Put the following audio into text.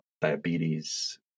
diabetes